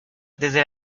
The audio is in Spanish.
desde